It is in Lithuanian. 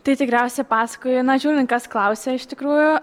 tai tikriausiai pasakoju na žiūrint kas klausia iš tikrųjų